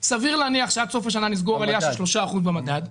סביר להניח שעד סוף השנה נסגור עלייה של 3% במדד,